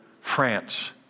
France